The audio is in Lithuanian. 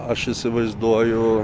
aš įsivaizduoju